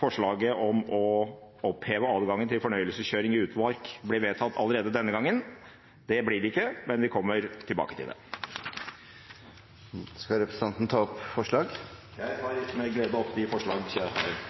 forslaget om å oppheve adgangen til fornøyelseskjøring i utmark ble vedtatt allerede denne gangen. Det blir det ikke, men vi kommer tilbake til det. Skal representanten ta opp forslag? Jeg tar med glede opp det forslaget vi har.